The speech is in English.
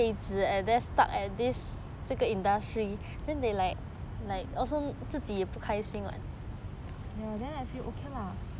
ya then I feel okay lah